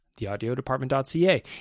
theaudiodepartment.ca